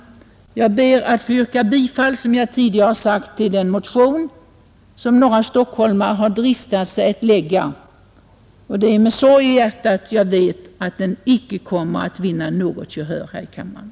Jag ber att, som jag tidigare har sagt, få yrka bifall till den motion som några stockholmare har dristat sig att väcka, Det är med stor sorg i hjärtat som jag vet att den inte kommer att vinna något gehör här i kammaren.